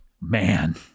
Man